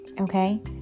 okay